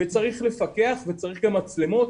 וצריך לפקח וצריך גם מצלמות